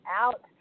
out